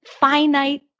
finite